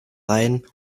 rein